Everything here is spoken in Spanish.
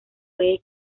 puede